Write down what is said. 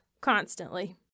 constantly